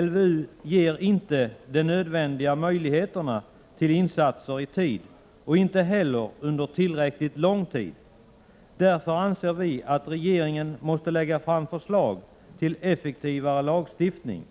LVU ger inte de nödvändiga möjligheterna till insatser i tid och inte heller under tillräckligt lång tid. Därför anser vi att regeringen måste lägga fram förslag till effektivare lagstiftning.